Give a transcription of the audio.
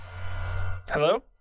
Hello